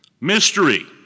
Mystery